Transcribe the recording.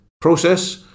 process